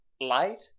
light